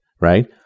Right